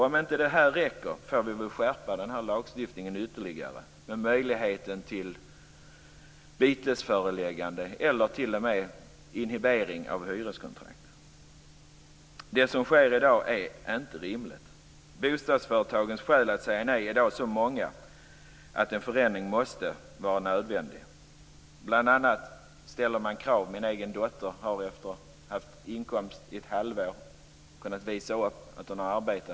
Om inte detta räcker får vi väl skärpa lagstiftningen ytterligare med möjlighet till vitesförläggande eller t.o.m. inhibering av hyreskontrakt. Det som sker i dag är inte rimligt. Bostadsföretagens skäl att säga nej är i dag så många att en förändring är nödvändig. Min dotter kunde, efter att ha haft inkomst i ett halvår, visa upp att hon hade arbete.